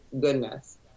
goodness